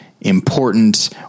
important